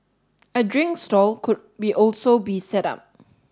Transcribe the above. a drink stall could be also be set up